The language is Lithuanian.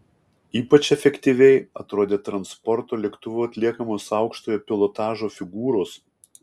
ypač efektyviai atrodė transporto lėktuvu atliekamos aukštojo pilotažo figūros